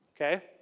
okay